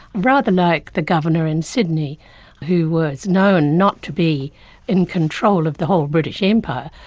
rather like the governor in sydney who was known not to be in control of the whole british empire,